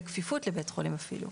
בכפיפות לבית חולים אפילו.